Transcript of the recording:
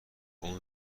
اون